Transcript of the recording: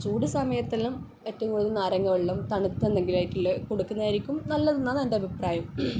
ചൂട് സമയത്തെല്ലാം ഏറ്റവും കൂടുതല് നാരങ്ങ വെള്ളം തണുത്തെന്തെങ്കിലും ആയിട്ടുള്ള കൊടുക്കുന്നതായിരിക്കും നല്ലതെന്നാണ് എൻ്റെ അഭിപ്രായം